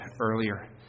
earlier